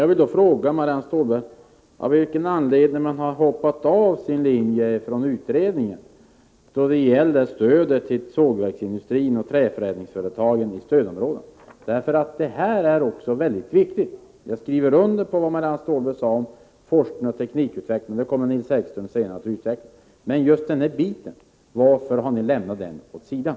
Jag vill då fråga Marianne Stålberg av vilken anledning socialdemokraterna har hoppat av från sin linje i utredningen när det gäller stödet till sågverksindustrin och träförädlingsföretagen i stödområdena. Detta är också viktigt. Jag skriver under på vad Marianne Stålberg sade om forskning och teknikutveckling — och det kommer Nils Häggström senare att utveckla — men varför har ni lämnat just den här biten åt sidan?